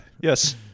yes